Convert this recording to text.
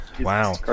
Wow